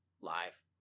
live